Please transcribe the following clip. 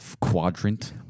quadrant